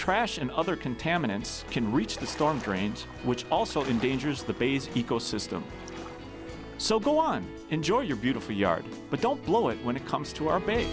trash and other contaminants can reach the storm drains which also in danger's the bays ecosystem so go on enjoy your beautiful yard but don't blow it when it comes to our